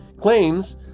claims